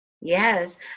Yes